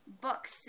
books